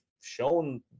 shown